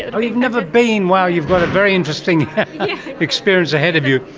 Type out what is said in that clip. and you've never been! wow, you've got a very interesting experience ahead of you.